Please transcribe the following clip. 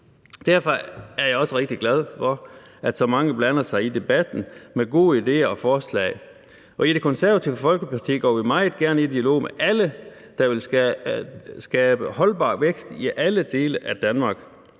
Derfor er jeg også rigtig glad for, at så mange blander sig i debatten med gode ideer og forslag. I Det Konservative Folkeparti går vi meget gerne i dialog med alle, der vil skabe holdbar vækst i alle dele af Danmark.